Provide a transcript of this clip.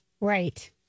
Right